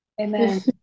Amen